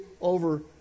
over